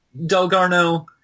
Delgarno